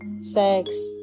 sex